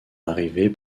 arrivée